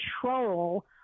control